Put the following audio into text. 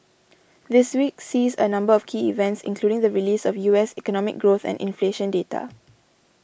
this week sees a number of key events including the release of U S economic growth and inflation data